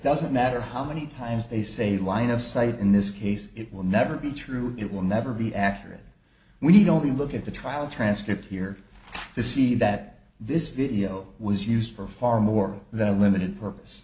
doesn't matter how many times they say line of sight in this case it will never be true it will never be accurate we need only look at the trial transcript here to see that this video was used for far more than a limited purpose